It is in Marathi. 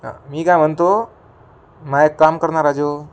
हां मी काय म्हणतो माझं एक काम कर ना राजे ओ